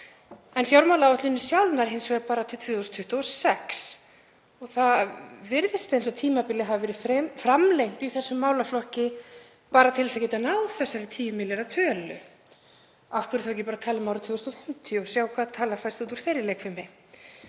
en fjármálaáætlunin sjálf nær hins vegar bara til 2026. Það virðist eins og tímabilið hafi verið framlengt í þessum málaflokki bara til þess að geta náð þessari 10 milljarða tölu. Af hverju ekki bara að tala um árið 2050 og sjá hvaða tala fæst út úr þeirri leikfimi?